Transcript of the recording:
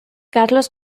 carlos